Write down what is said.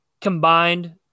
combined